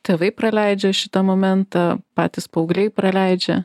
tėvai praleidžia šitą momentą patys paaugliai praleidžia